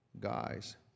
Guys